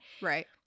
Right